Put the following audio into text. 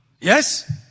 Yes